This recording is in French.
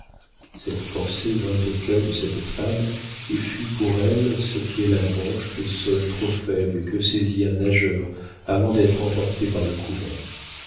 cette pensée vint au cœur de cette femme et fut pour elle ce qu'est la branche de saule trop faible que saisit un nageur avant d'être emporté par le courant